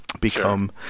Become